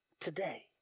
today